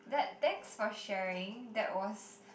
that thanks for sharing that was